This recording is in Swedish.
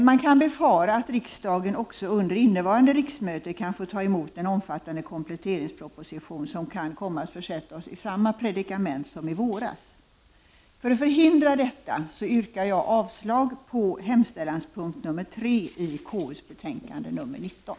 Man kan befara att riksdagen också under innevarande riksmöte kan få ta emot en omfattande kompletteringsproposition, som kan komma att försätta oss i samma predikament som i våras. För att förhindra detta yrkar jag avslag på hemställans punkt 3 i konstitutionsutskottets betänkande nr 19.